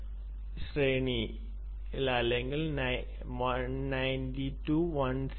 xx ശ്രേണി അല്ലെങ്കിൽ 192